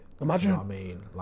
Imagine